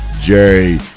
jerry